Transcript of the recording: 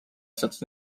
sealt